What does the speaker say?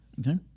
okay